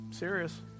serious